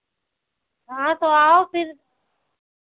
हाँ तो आओ फिर